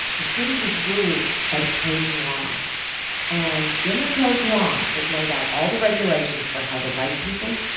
the city was ruled by the code noir and in the code noir, it laid out all the regulations for how the white people,